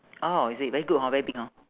oh is it very good hor very big hor